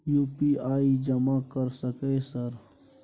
UPI जमा कर सके सर?